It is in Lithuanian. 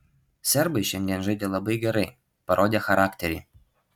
serbai šiandien žaidė labai gerai parodė charakterį